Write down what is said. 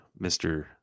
Mr